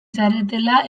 zaretela